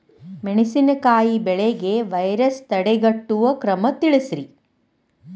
ಮೆಣಸಿನಕಾಯಿ ಬೆಳೆಗೆ ವೈರಸ್ ತಡೆಗಟ್ಟುವ ಕ್ರಮ ತಿಳಸ್ರಿ